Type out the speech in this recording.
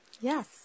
Yes